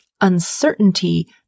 uncertainty